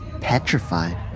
petrified